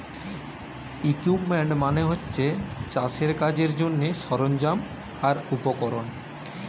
equipment মানে হচ্ছে চাষের কাজের জন্যে সরঞ্জাম আর উপকরণ